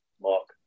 Mark